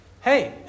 hey